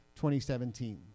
2017